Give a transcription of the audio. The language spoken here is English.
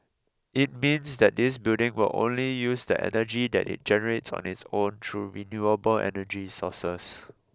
it means that this building will only use the energy that it generates on its own through renewable energy sources